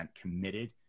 committed